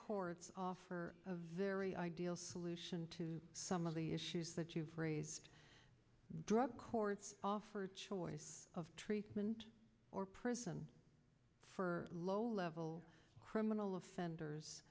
courts for a very ideal solution to some of the issues that you've raised drug courts offer a choice of treatment or prison for low level criminal offenders